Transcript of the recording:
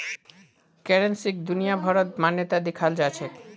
करेंसीक दुनियाभरत मान्यता दियाल जाछेक